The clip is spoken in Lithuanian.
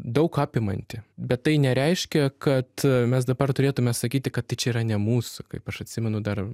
daug apimanti bet tai nereiškia kad mes dabar turėtume sakyti kad tai čia yra ne mūsų kaip aš atsimenu dar